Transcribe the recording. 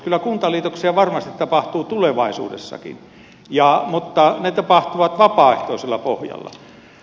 kyllä kuntaliitoksia varmasti tapahtuu tulevaisuudessakin mutta ne tapahtuvat vapaaehtoisella pohjalla